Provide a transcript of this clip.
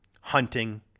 hunting